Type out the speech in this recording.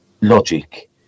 logic